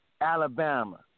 Alabama